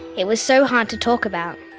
it was so hard to talk about.